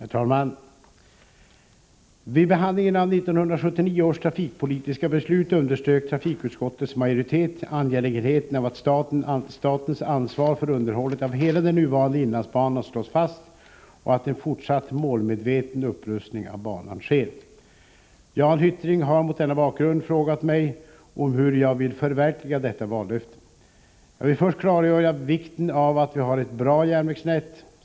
Herr talman! Vid behandlingen av 1979 års trafikpolitiska beslut underströk trafikutskottets majoritet ”angelägenheten av att statens ansvar för underhållet av hela den nuvarande Inlandsbanan slås fast och att en fortsatt målmedveten upprustning av banan sker”. Jan Hyttring har mot denna bakgrund frågat mig om hur jag vill förverkliga detta vallöfte. Jag vill först klargöra vikten av att vi har ett bra järnvägsnät.